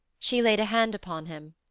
she laid a hand upon him.